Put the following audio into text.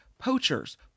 Poachers